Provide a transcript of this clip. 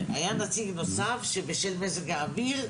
היה נציג נוסף שבשל מזג האוויר,